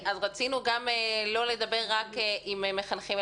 רצינו לא לדבר רק עם מחנכים,